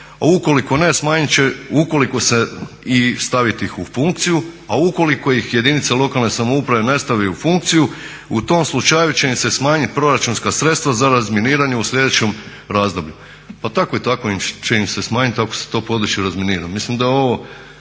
a ukoliko ne smanjit, ukoliko se i staviti ih u funkciju, a ukoliko ih jedinice lokalne samouprave ne stave u funkciju u tom slučaju će im se smanjiti proračunska sredstva za razminiranje u sljedećem razdoblju. Pa tako i tako će im se smanjiti ako se to područje razminira.